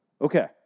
Okay